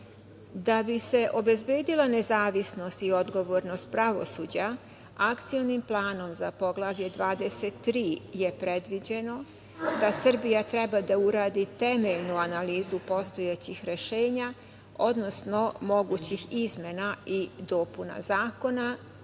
bi se obezbedila nezavisnost i odgovornost pravosuđa, Akcionom planom za Poglavlje 23 je predviđeno da Srbija treba da uradi temeljnu analizu postojećih rešenja, odnosno mogućih izmena i dopuna zakona,